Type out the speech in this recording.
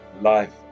life